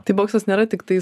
tai boksas nėra tiktai